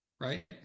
right